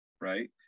right